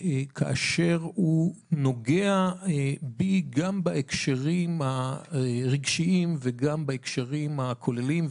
כאשר הוא נוגע בי גם בהקשרים הרגשיים וגם בהקשרים הכוללים,